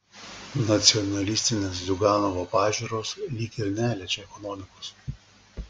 nacionalistinės ziuganovo pažiūros lyg ir neliečia ekonomikos